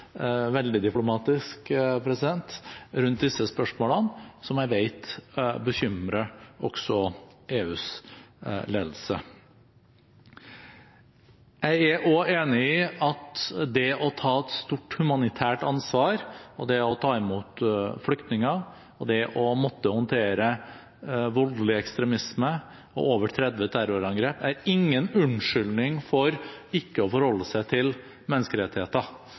veldig diplomatisk, rundt disse spørsmålene, som jeg vet bekymrer også EUs ledelse. Jeg er også enig i at det å ta et stort humanitært ansvar og det å ta imot flyktninger, det å måtte håndtere voldelig ekstremisme og over 30 terrorangrep ikke er noen unnskyldning for ikke å forholde seg til menneskerettigheter